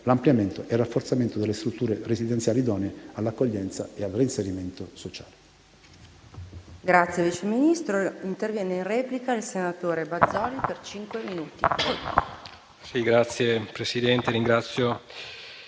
l'ampliamento e il rafforzamento delle strutture residenziali idonee all'accoglienza e al reinserimento sociale.